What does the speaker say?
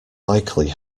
likely